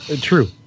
true